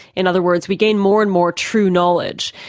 in other words, we gain more and more true knowledge,